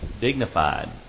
dignified